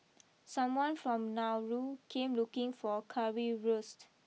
someone from Nauru came looking for Currywurst